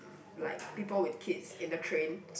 like people with kids in the train